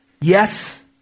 Yes